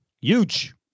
Huge